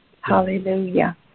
Hallelujah